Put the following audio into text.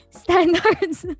standards